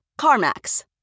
CarMax